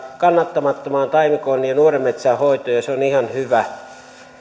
kannattamattoman taimikon ja nuoren metsän hoitoon ja se on ihan hyvä